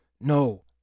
No